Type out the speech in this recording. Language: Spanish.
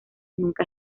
nunca